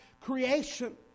creation